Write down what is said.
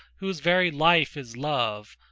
whose very life is love,